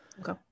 okay